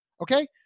Okay